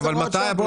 זו לא הוראת שעה.